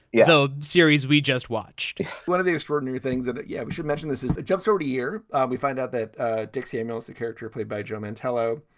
you know, series we just watched one of the extraordinary things that yeah. we should mention this is the jumps. every sort of year ah we find out that dick samuels, the character played by joe mantello,